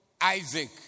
Isaac